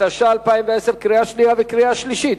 התש"ע 2010, קריאה שנייה וקריאה שלישית.